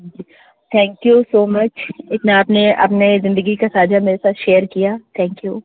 ji thank you so much इतना आपने अपने ज़िंदगी का साझा मेरे साथ शेयर किया थैंक यू